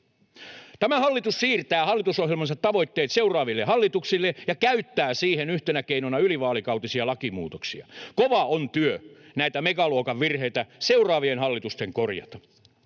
Tämä hallitus siirtää hallitusohjelmansa tavoitteet seuraaville hallituksille ja käyttää siihen yhtenä keinona ylivaalikautisia lakimuutoksia. Kova on työ näitä megaluokan virheitä seuraavien hallitusten korjata.